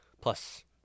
Plus